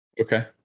Okay